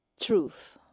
truth